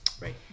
Right